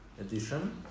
edition